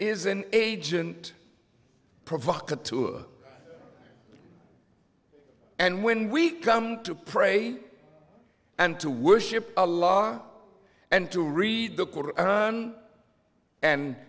is an agent provocateur and when we come to pray and to worship a law and to read the koran and